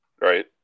Right